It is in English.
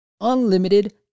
unlimited